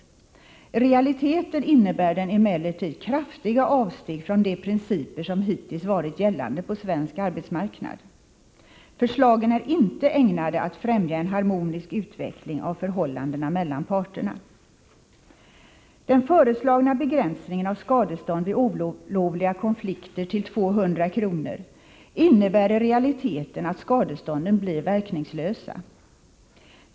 I realiteten innebär den emellertid kraftiga avsteg från de principer som hittills varit gällande på svensk arbetsmarknad. Förslagen är inte ägnade att främja en harmonisk utveckling av förhållandena mellan parterna. Den föreslagna begränsningen av skadestånd vid olovliga konflikter till 200 kr. innebär i realiteten att skadestånden blir verkningslösa.